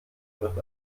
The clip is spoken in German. wird